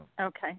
okay